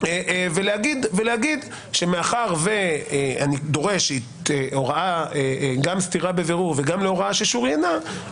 ולהגיד שמחר שאני דורש גם סתירה בבירור וגם הוראה ששוריינה,